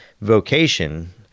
vocation